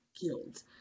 killed